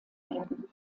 werden